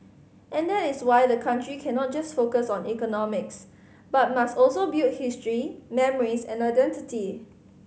and that is why the country cannot just focus on economics but must also build history memories and identity